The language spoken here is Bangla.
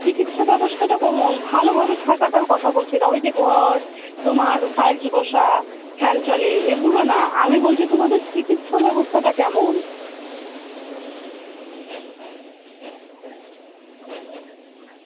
চিকিৎসা ব্যবস্থাটা কমন ভালোভাবে থাকাটার কথা বলছি না ওই যে ঘর তোমার টাইলস বসা ফ্যান চলে এগুলো না আমি বলছি তোমাদের চিকিৎসা ব্যবস্থাটা কেমন